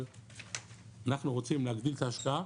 אבל אנחנו רוצים להגדיל את ההשקעה